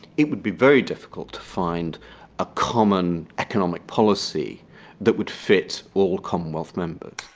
it would be very difficult to find a common economic policy that would fit all commonwealth members.